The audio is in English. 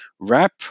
wrap